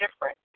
different